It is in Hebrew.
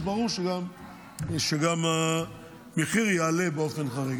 אז ברור שגם המחיר יעלה באופן חריג.